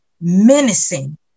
menacing